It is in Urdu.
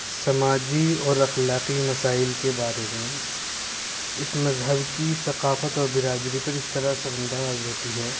سماجی اور اخلاقی مسائل کے بارے میں اس مذہب کی ثقافت اور برادری پر اس طرح اثر انداز ہوتی ہے